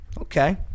Okay